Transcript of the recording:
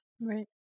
right